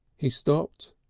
he stopped,